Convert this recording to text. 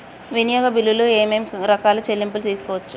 వినియోగ బిల్లులు ఏమేం రకాల చెల్లింపులు తీసుకోవచ్చు?